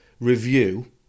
review